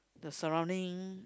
the surrounding